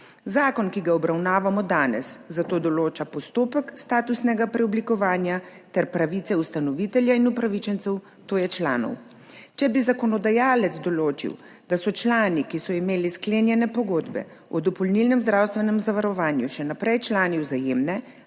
Zakon, ki ga obravnavamo danes zato določa postopek statusnega preoblikovanja ter pravice ustanovitelja in upravičencev, to je članov. Če bi zakonodajalec določil, da so člani, ki so imeli sklenjene pogodbe o dopolnilnem zdravstvenem zavarovanju še naprej člani Vzajemne,